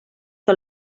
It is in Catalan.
que